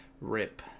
Rip